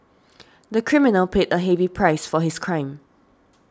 the criminal paid a heavy price for his crime